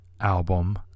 album